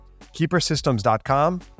KeeperSystems.com